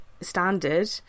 standard